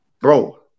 Bro